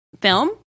film